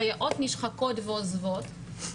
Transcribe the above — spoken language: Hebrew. סייעות נשחקות ועוזבות.